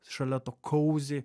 šalia to kauzi